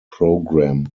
program